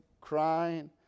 crying